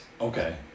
okay